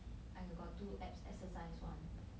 I got do abs exercise [one]